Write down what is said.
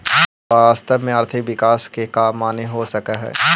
वास्तव में आर्थिक विकास के कका माने हो सकऽ हइ?